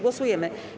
Głosujemy.